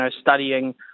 studying